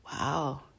wow